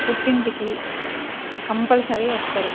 పుట్టింటికి కంపల్సరీ వస్తారు